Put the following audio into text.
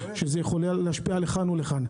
שיכול להשפיע לכאן או לכאן.